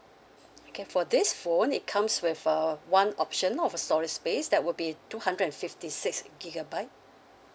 okay for this phone it comes with a one option of a storage space that would be two hundred and fifty six gigabyte